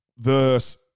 verse